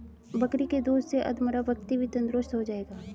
बकरी के दूध से अधमरा व्यक्ति भी तंदुरुस्त हो जाएगा